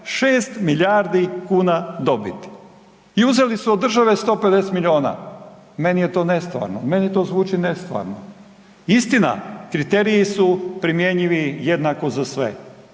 6 milijardi kuna dobiti i uzeli su od države 150 miliona. Meni je to nestvarno, meni to zvuči nestvarno. Istina kriteriji su primjenjivi jednako za sve,